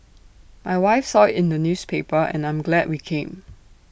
my wife saw in the newspaper and I'm glad we came